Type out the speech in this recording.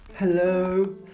Hello